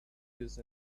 used